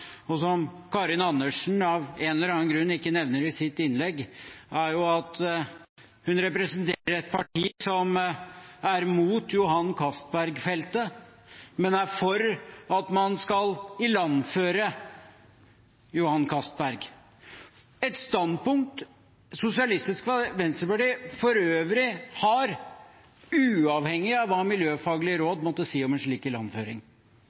og som Karin Andersen av en eller annen grunn ikke nevner i sitt innlegg, er at hun representerer et parti som er imot Johan Castberg-feltet, men er for at man skal ilandføre fra Johan Castberg, et standpunkt Sosialistisk Venstreparti for øvrig har uavhengig av hva miljøfaglige råd måtte si om en slik